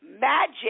Magic